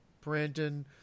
Brandon